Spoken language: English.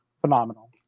phenomenal